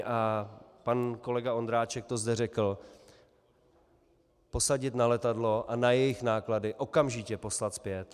A pan kolega Ondráček to zde řekl: Posadit na letadlo a na jejich náklady okamžitě poslat zpět.